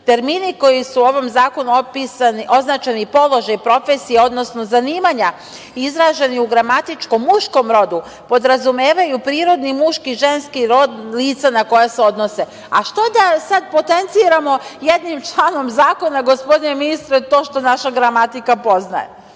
termini kojima su u ovom zakonu označeni položaji, profesije, odnosno zanimanja, izraženi u gramatičkom muškom rodu, podrazumevaju prirodni muški i ženski rod lica na koje se odnose. Što da sada potenciramo jednim članom zakona, gospodine ministre, to što naša gramatika poznaje?